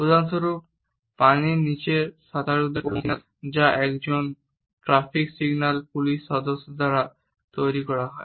উদাহরণস্বরূপ জলের নিচের সাঁতারুদের কোড বা সিগন্যাল যা একজন ট্রাফিক সিগন্যাল পুলিশ সদস্য দ্বারা তৈরি করা হয়